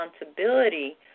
responsibility